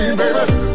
baby